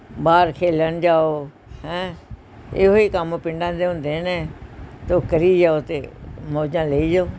ਬਾਹਰ ਖੇਡਣ ਜਾਓ ਹੈਂ ਇਹੋ ਹੀ ਕੰਮ ਪਿੰਡਾਂ ਦੇ ਹੁੰਦੇ ਨੇ ਤੋ ਕਰੀ ਜਾਓ ਅਤੇ ਮੌਜਾਂ ਲਈ ਜਾਓ